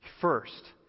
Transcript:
First